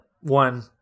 One